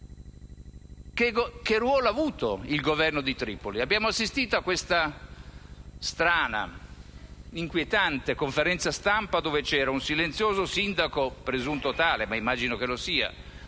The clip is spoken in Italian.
Che ruolo ha avuto il Governo di Tripoli? Abbiamo assistito ad una strana ed inquietante conferenza stampa, dove c'era un silenzioso sindaco di Sabrata (presunto tale, ma immagino che lo sia),